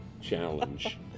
challenge